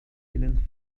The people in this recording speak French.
hélène